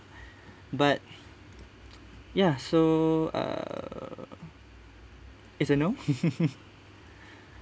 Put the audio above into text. but ya so err it's a no